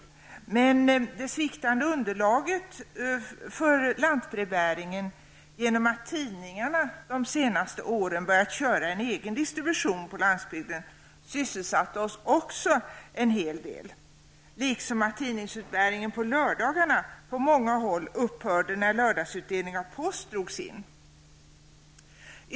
Men det sviktande underlaget för lantbrevbäringen, genom att tidningarna de senaste åren börjat köra en egen distribution på landsbygden, sysselsatte oss också en hel del, liksom att tidningsutbärningen på lördagarna på många håll upphörde när lördagsutdelningen av post drogs in.